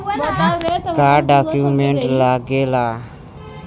का डॉक्यूमेंट लागेला?